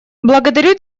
благодарю